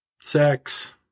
Sex